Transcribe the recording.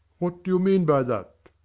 what do you mean by that?